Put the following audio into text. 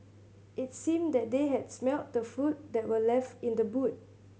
it seemed that they had smelt the food that were left in the boot